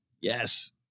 yes